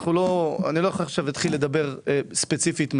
אני לא יכול להתחיל לדבר עכשיו ספציפית.